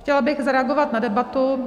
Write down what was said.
Chtěla bych zareagovat na debatu.